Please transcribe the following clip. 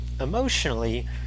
emotionally